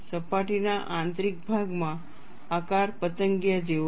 સપાટીના આંતરિક ભાગમાં આકાર પતંગિયા જેવો છે